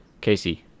Casey